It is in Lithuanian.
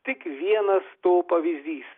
tik vienas to pavyzdys